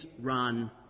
run